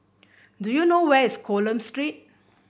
do you know where is Coleman Street